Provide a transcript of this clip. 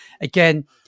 Again